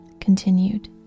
continued